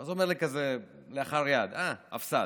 ואז הוא אומר לי כלאחר יד: אה, הפס"ד,